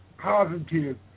positive